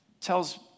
tells